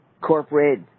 corporate